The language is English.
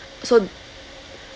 so